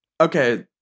Okay